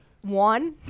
One